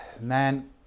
Man